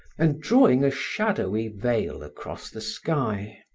and drawing a shadowy veil across the sky.